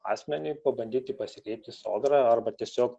asmeniui pabandyti pasikreipti į sodrą arba tiesiog